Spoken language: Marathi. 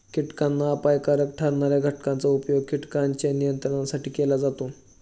कीटकांना अपायकारक ठरणार्या घटकांचा उपयोग कीटकांच्या नियंत्रणासाठी केला जातो